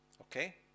Okay